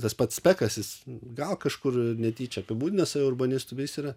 tas pats spekas jis gal kažkur netyčia apibūdina save urbanistu bei jis yra